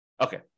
Okay